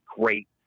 great